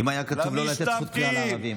אם היה כתוב "לא לתת זכות כלל לערבים".